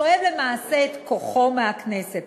שואב למעשה את כוחו מהכנסת.